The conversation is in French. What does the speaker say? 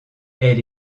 elle